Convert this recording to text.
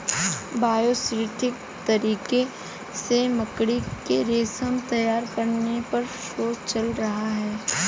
biosynthetic तरीके से मकड़ी के रेशम तैयार करने पर शोध चल रहा है